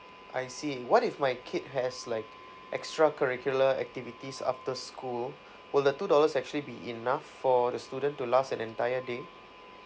I see what if my kid has like extra curricular activities after school will the two dollars actually be enough for the student to last an entire day